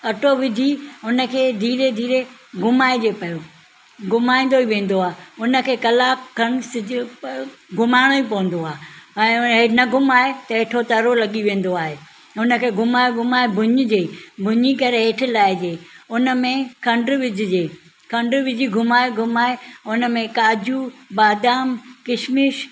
अटो विझी हुन खे धीरे धीरे घुमाइजे पहिरों घुमाईंदो ई वेंदो आहे हुन खे कलाकु खनि सिझ घुमाइणो ई पवंदो आहे ऐं न घुमाए त हेठो तरो लॻी वेंदो आहे हुन खे घुमाए घुमाए भुञिजे भुञी करे हेठि लाहिजे हुन में खंडु विझिजे खंडु विझी घुमाए घुमाए हुन में काजू बादाम किशमिश